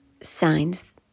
signs